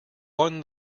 won